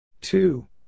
Two